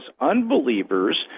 unbelievers